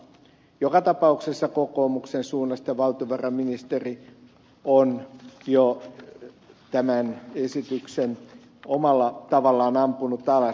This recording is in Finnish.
joka tapauksessa kokoomuksen suunnasta valtiovarainministeri on jo tämän esityksen omalla tavallaan ampunut alas